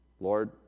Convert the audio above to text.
Lord